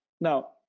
Now